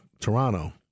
Toronto